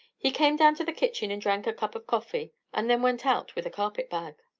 he came down to the kitchen and drank a cup of coffee and then went out with a carpet-bag.